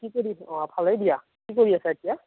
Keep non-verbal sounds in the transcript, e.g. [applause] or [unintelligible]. [unintelligible] অ ভালেই দিয়া কি কৰি আছা এতিয়া